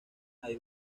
hay